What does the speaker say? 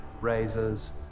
razors